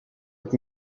est